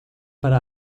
para